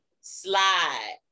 slide